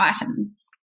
items